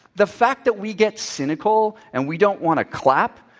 the fact that we get cynical and we don't want to clap,